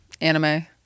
anime